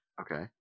Okay